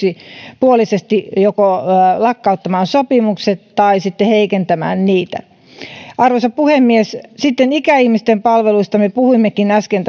yksipuolisesti joko lakkauttamaan sopimukset tai sitten heikentämään niitä arvoisa puhemies sitten ikäihmisten palveluista me puhuimmekin äsken